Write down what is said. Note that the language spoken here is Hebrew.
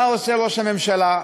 מה עושה ראש הממשלה?